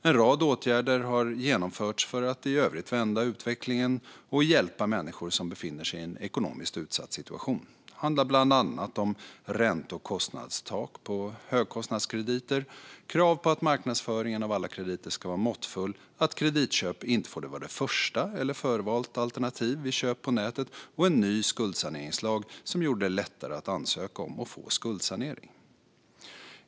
En rad åtgärder har genomförts för att i övrigt vända utvecklingen och hjälpa människor som befinner sig i en ekonomiskt utsatt situation. Det handlar bland annat om ränte och kostnadstak för högkostnadskrediter, krav på att marknadsföringen av alla krediter ska vara måttfull, att kreditköp inte får vara det första eller ett förvalt alternativ vid köp på nätet och en ny skuldsaneringslag som gjort det lättare att ansöka om och få skuldsanering.